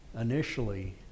initially